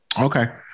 Okay